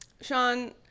Sean